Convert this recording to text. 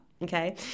Okay